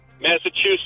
Massachusetts